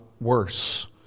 worse